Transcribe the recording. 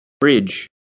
Bridge